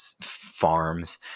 farms